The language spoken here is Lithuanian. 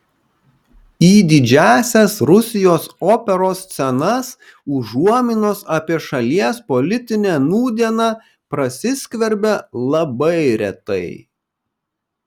į didžiąsias rusijos operos scenas užuominos apie šalies politinę nūdieną prasiskverbia labai retai